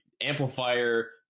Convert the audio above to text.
amplifier